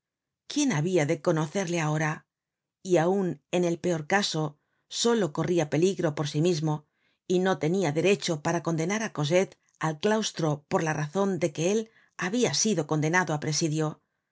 quién habia de conocerle ahora y aun en el peor caso solo corria peligro por sí mismo y no tenia derecho para condenar á cosette al claustro por la razon de que él habia sido condenado á presidio